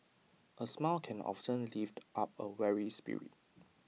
A smile can often lift up A weary spirit